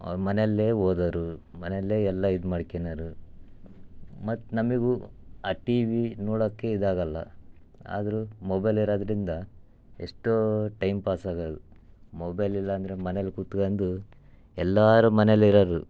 ಅವ್ರು ಮನೆಯಲ್ಲೇ ಓದೋವ್ರು ಮನೆಯಲ್ಲೇ ಎಲ್ಲ ಇದು ಮಾಡ್ಕನೋರು ಮತ್ತು ನಮಗೂ ಆ ಟಿ ವಿ ನೋಡೋಕ್ಕೆ ಇದಾಗೋಲ್ಲ ಆದರೂ ಮೊಬೈಲ್ ಇರೋದ್ರಿಂದ ಎಷ್ಟೋ ಟೈಮ್ ಪಾಸಾಗೋದು ಮೊಬೈಲ್ ಇಲ್ಲಾಂದರೆ ಮನೇಲ್ಲಿ ಕುತ್ಗಂಡು ಎಲ್ಲರೂ ಮನೆಯಲ್ಲಿರೋರು